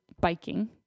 biking